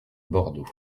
bordeaux